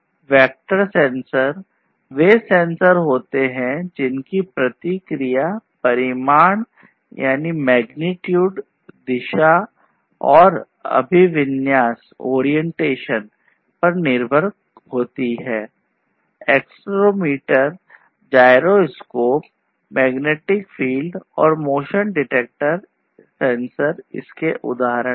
Vector sensors are those sensors whose response depends on the magnitude the direction and the orientation Examples are accelerometer gyroscope magnetic field and motion detector sensors vector sensor इसके उदाहरण हैं